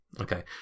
Okay